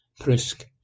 Prisk